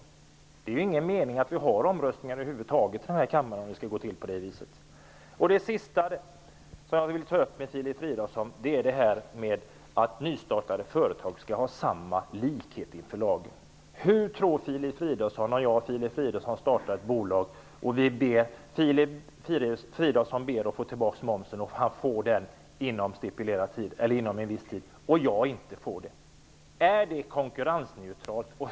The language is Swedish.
Om det skall gå till på det viset är det ingen mening att vi har omröstningar här i kammaren. Det sista som jag vill ta upp med Filip Fridolfsson är detta att nystartade företag skall ha likhet inför lagen. Låt oss säga att Filip Fridolfsson och jag startar ett bolag, och Filip Fridolfsson ber att få tillbaks momsen och får det inom en viss tid, men det får inte jag. Är det konkurrensneutralt?